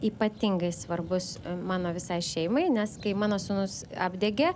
ypatingai svarbus mano visai šeimai nes kai mano sūnus apdegė